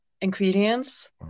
ingredients